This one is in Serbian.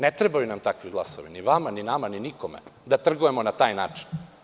Ne trebaju nam takvi glasovi, ni vama, ni nama, ni nikome, da trgujemo na taj način.